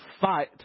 fight